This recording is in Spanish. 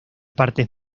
partes